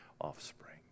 offspring